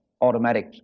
automatic